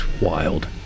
wild